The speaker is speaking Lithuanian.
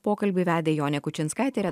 pokalbį vedė jonė kučinskaitė